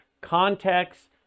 context